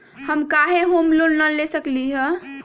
हम काहे home loan न ले सकली ह?